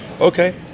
Okay